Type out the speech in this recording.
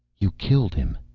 you killed him.